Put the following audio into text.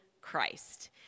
Christ